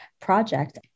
project